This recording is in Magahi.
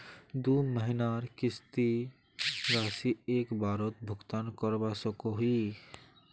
दुई महीनार किस्त राशि एक बारोत भुगतान करवा सकोहो ही?